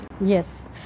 Yes